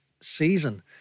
season